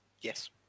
Yes